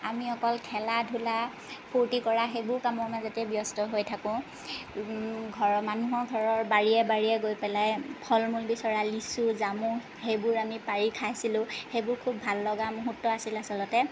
আমি অকল খেলা ধূলা ফূৰ্তি কৰা সেইবোৰ কামৰ মাজতেই ব্যস্ত হৈ থাকোঁ ঘৰৰ মানুহৰ ঘৰৰ বাৰীয়ে বাৰীয়ে গৈ পেলাই ফল মূল বিচৰা লিচু জামু সেইবোৰ আমি পাৰি খাইছিলোঁ সেইবোৰ খুব ভাল লগা মুহূৰ্ত আছিলে আচলতে